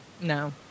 no